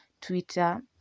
twitter